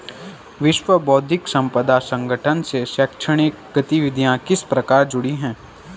विश्व बौद्धिक संपदा संगठन से शैक्षणिक गतिविधियां किस प्रकार जुड़ी हैं?